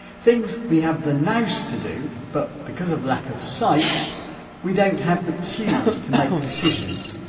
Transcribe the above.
things we have the nouse to do but because of lack of sight we don't have the cues to make decisions.